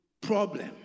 problem